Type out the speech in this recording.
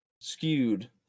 Skewed